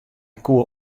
koe